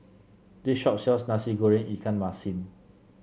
this shop sells Nasi Goreng Ikan Masin